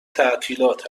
تعطیلات